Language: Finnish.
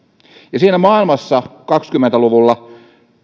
ja siinä maailmassa kaksituhattakaksikymmentä luvulla